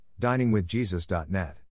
DiningWithJesus.net